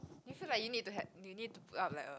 you feel like you need to had you need to put up like a